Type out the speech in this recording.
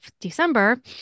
December